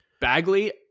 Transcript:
Bagley